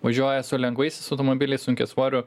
važiuoja su lengvaisiais automobiliais sunkiasvorių